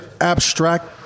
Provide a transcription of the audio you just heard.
abstract